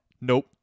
nope